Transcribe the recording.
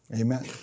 Amen